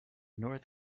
north